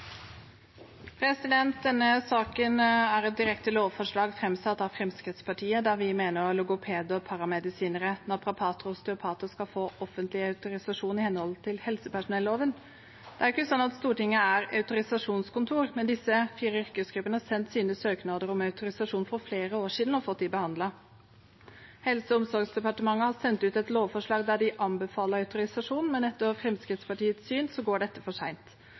Fremskrittspartiet, der vi mener logopeder, paramedisinere, naprapater og osteopater skal få offentlig autorisasjon i henhold til helsepersonelloven. Det er ikke sånn at Stortinget er et autorisasjonskontor, men disse fire yrkesgruppene har sendt sine søknader om autorisasjon for flere år siden og fått dem behandlet. Helse- og omsorgsdepartementet har sendt ut et lovforslag der de anbefaler autorisasjon, men etter Fremskrittspartiets syn går det for